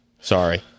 Sorry